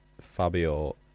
Fabio